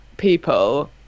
people